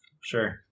sure